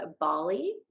Bali